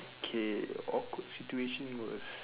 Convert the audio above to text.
kay awkward situation will